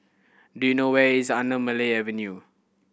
do you know where is Anamalai Avenue